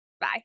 Bye